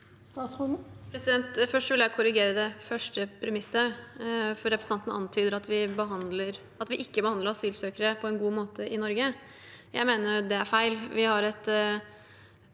Først vil jeg korri- gere det første premisset, for representanten antyder at vi ikke behandler asylsøkere på en god måte i Norge. Jeg mener det er feil.